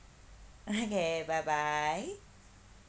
okay bye bye